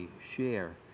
share